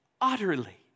utterly